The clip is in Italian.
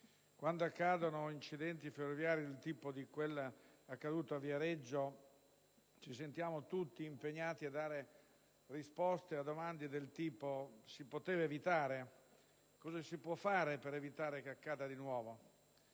quando accadono incidenti ferroviari come quello avvenuto a Viareggio, ci sentiamo tutti impegnati a dare risposte a domande del tipo: si poteva evitare? Cosa si può fare per evitare che accada di nuovo?